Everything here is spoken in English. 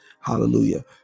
Hallelujah